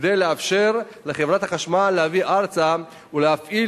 כדי לאפשר לחברת החשמל להביא ארצה ולהפעיל